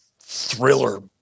thriller